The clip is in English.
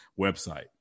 website